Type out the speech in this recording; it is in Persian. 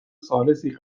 ثالثی